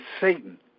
Satan